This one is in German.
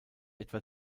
etwa